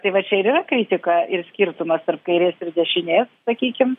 tai va čia ir yra kritika ir skirtumas tarp kairės ir dešinės sakykim